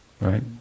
right